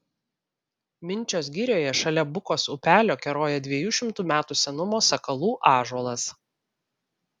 minčios girioje šalia bukos upelio keroja dviejų šimtų metų senumo sakalų ąžuolas